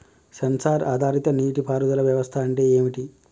Censor ఆధారిత నీటి పారుదల వ్యవస్థ అంటే ఏమిటి?